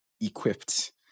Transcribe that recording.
equipped